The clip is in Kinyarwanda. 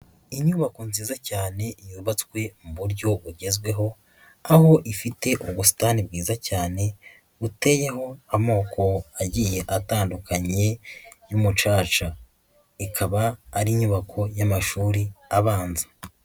Inyubako nziza cyane yubatswe mu buryo bugezweho, aho ifite ubusitani bwiza cyane, buteyeho amoko agiye atandukanye y'umucaca, ikaba ari inyubako y'amashuri abanza.